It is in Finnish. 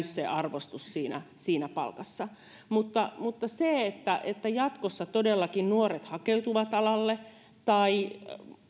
se arvostus ei näy siinä palkassa se että että jatkossa todellakin nuoret hakeutuvat alalle tai